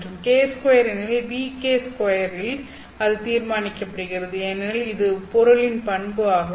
மற்றும் k2 ஏனெனில் νk 2 இல் இது தீர்மானிக்கப்படுகிறது ஏனெனில் இது பொருளின் பண்பு ஆகும்